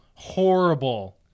horrible